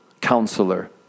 counselor